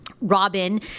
Robin